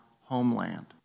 Homeland